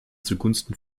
zugunsten